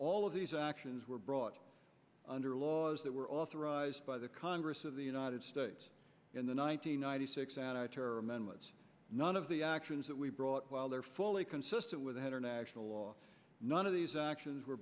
all of these actions were brought under laws that were authorized by the congress of the united states in the one nine hundred ninety six and i tear amendments none of the actions that we brought while they're fully consistent with international law none of these actions were